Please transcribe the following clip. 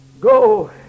Go